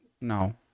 No